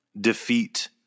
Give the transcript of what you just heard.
defeat